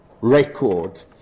record